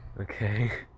Okay